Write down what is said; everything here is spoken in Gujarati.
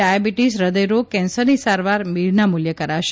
ડાયાબીટીશ હૃદયરોગ કેન્સરની સારવાર વિનામૂલ્યે કરાશે